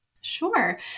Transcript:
Sure